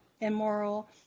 immoral